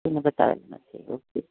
બતાવેલું નથી ઓકે